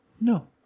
No